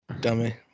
dummy